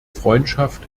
freundschaft